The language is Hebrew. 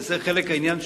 וזה חלק מהעניין,